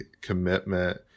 commitment